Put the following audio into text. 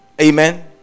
Amen